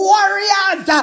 Warriors